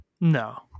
No